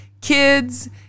kids